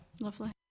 Lovely